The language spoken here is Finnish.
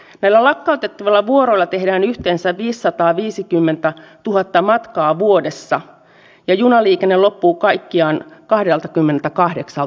he ovat valmiit käyttämään opposition järeintä parlamentaarista keinoa lyödäkseen lyötyä ja lietsoakseen epäluottamusta kaiken budjetin hyväksymisen kiireen keskellä